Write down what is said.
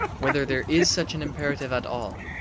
whether there is such an imperative at all,